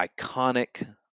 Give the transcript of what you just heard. iconic